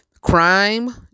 crime